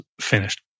finished